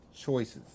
choices